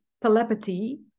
telepathy